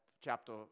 chapter